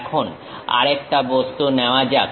এখন আরেকটা বস্তু নেওয়া যাক